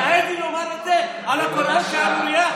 היא תאמר על התורה "שערורייה"?